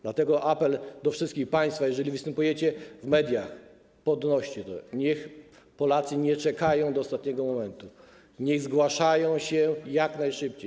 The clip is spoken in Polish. Dlatego apel do wszystkich państwa: jeżeli występujecie w mediach, podnoście to, niech Polacy nie czekają do ostatniego momentu, niech zgłaszają się jak najszybciej.